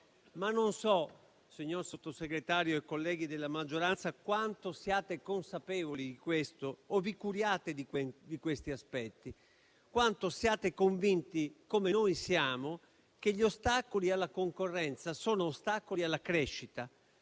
Ma non so, signor Sottosegretario e colleghi della maggioranza, quanto siate consapevoli di questo o vi curiate di tali aspetti; quanto siate convinti - come lo siamo noi - che gli ostacoli alla concorrenza sono ostacoli alla crescita;